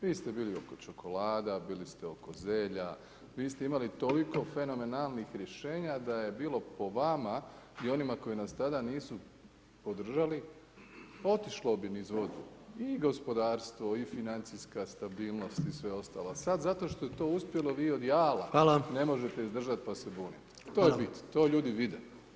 Vi ste bili oko čokolada, bili ste oko zelja, vi ste imali toliko fenomenalnih rješenja da je bilo po vama, i onima koji nas tada nisu podržali, otišlo bi niz vodu, i gospodarstvo, i financijska stabilnost i sve ostalo a sad zato što je to uspjelo, vi od jala ne možete izdržati pa se bunite, to je bit, to ljudi vide.